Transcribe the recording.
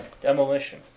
Demolition